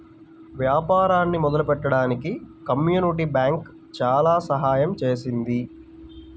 వ్యాపారాన్ని మొదలుపెట్టడానికి community bank చాలా సహాయం చేసింది